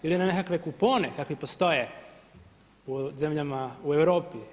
Ili na nekakve kupone kakvi postoje u zemljama u Europi.